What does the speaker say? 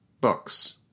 books